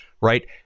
right